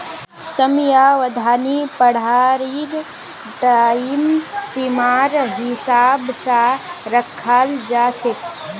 समयावधि पढ़ाईर टाइम सीमार हिसाब स रखाल जा छेक